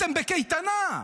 אתם בקייטנה.